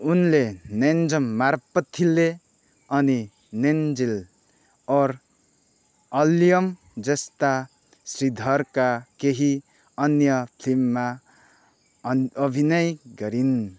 उनले नेन्जाम मारप्पाथिल्लै अनि नेन्जिल ओर अलयमजस्ता श्रीधरका केही अन्य फिल्ममा अभिनय गरिन्